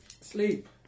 Sleep